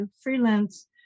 freelance